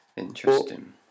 interesting